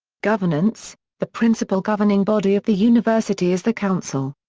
governance the principal governing body of the university is the council.